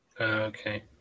Okay